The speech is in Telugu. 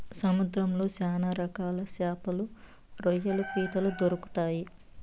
సముద్రంలో శ్యాన రకాల శాపలు, రొయ్యలు, పీతలు దొరుకుతాయి